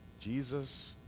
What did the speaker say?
Jesus